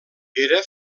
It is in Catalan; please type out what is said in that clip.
era